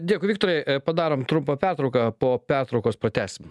dėkui viktorai padarom trumpą pertrauką po pertraukos pratęsim